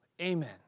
amen